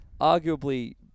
arguably